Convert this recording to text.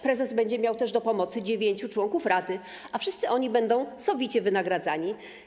Prezes będzie miał też do pomocy dziewięciu członków rady, a wszyscy oni będą sowicie wynagradzani.